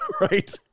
Right